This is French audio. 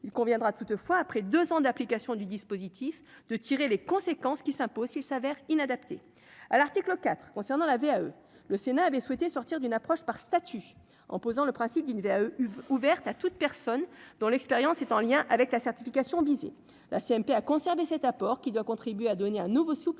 il conviendra toutefois après 2 ans d'application du dispositif de tirer les conséquences qui s'imposent, il s'avère inadapté à l'article IV concernant la VAE, le Sénat avait souhaité sortir d'une approche par statut en posant le principe d'une VAE ouverte à toute personne dont l'expérience est en lien avec la certification disait la CMP a conservé cet apport qui doit contribuer à donner un nouveau souffle